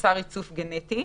שעושה ריצוף גנטי.